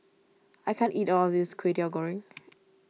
I can't eat all of this Kway Teow Goreng